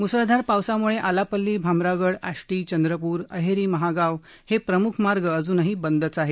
मुसळधार पावसामुळे आलापल्ली भामरागड आष्टी चंद्रप्र अहेरी महागाव हे प्रमुख मार्ग अजूनही बंदच आहेत